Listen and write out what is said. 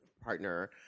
partner